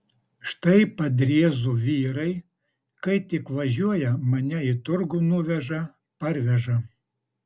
štai padriezų vyrai kai tik važiuoja mane į turgų nuveža parveža